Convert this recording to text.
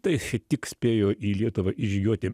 tai tik spėjo į lietuvą įžygiuoti